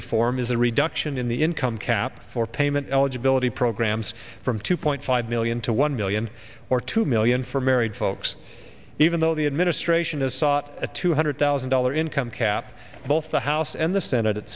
reform is a reduction in the income cap for payment eligibility programs from two point five million to one million or two million for married folks even though the administration has sought a two hundred thousand dollar income cap both the house and the senate it